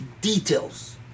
details